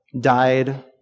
died